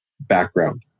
background